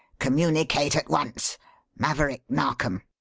communicate at once maverick narkom.